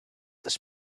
this